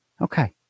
Okay